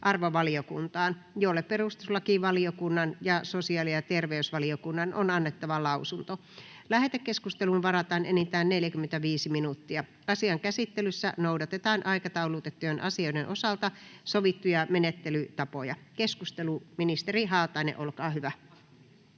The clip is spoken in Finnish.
tasa-arvovaliokuntaan, jolle perustuslakivaliokunnan ja sosiaali- ja terveysvaliokunnan on annettava lausunto. Lähetekeskusteluun varataan enintään 45 minuuttia. Asian käsittelyssä noudatetaan aikataulutettujen asioiden osalta sovittuja menettelytapoja. — Ministeri Haatainen, olkaa hyvä.